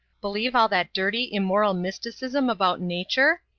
believe all that dirty, immoral mysticism about nature?